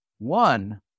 One